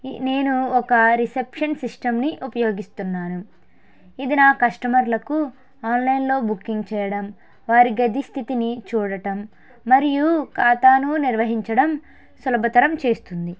నేను ఒక రిసెప్షన్ సిస్టమ్ని ఉపయోగిస్తున్నాను ఇది నా కస్టమర్లకు ఆన్లైన్లో బుకింగ్ చేయడం వారి గది స్థితిని చూడటం మరియు ఖాతాను నిర్వహించడం సులభతరం చేస్తుంది